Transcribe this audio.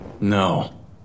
No